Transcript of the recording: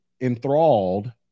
enthralled